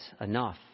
enough